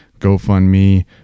GoFundMe